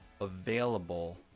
available